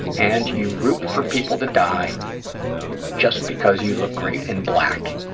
and you root for people to die just because you look great in black.